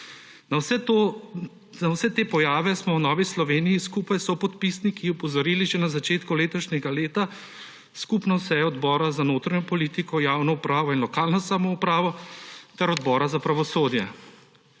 Na vse te pojave smo v Novi Sloveniji, skupaj s sopodpisniki, opozorili že na začetku letošnjega leta s skupno sejo Odbora za notranjo politiko, javno upravo in lokalno samoupravo ter Odbora za pravosodje.